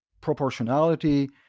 proportionality